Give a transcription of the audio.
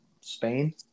Spain